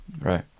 Right